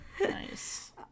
nice